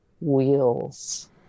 wheels